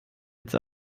jetzt